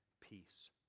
peace